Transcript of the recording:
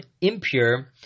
impure